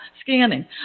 scanning